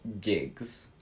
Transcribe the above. gigs